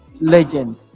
legend